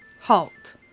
HALT